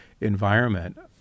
environment